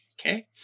Okay